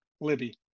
Libby